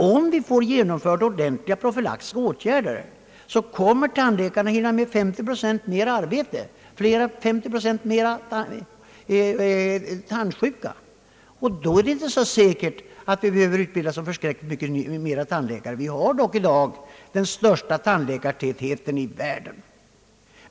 Om vi genomför ordentliga profylaktiska åtgärder kommer emellertid tandläkarna att hinna med 50 procent flera patienter. Då är det inte säkert att vi behöver utbilda så ytterligt många fler nya tandläkare. Vi har dock i dag den största tandläkartätheten i världen.